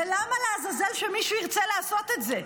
ולמה לעזאזל שמישהו ירצה לעשות את זה,